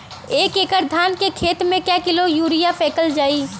एक एकड़ धान के खेत में क किलोग्राम यूरिया फैकल जाई?